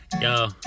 Yo